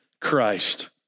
Christ